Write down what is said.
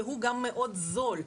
והוא גם זול מאוד.